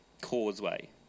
causeway